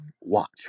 Watch